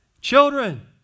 Children